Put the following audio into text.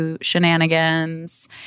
shenanigans